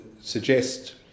suggest